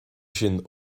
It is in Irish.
sin